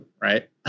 right